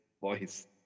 voice